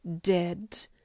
dead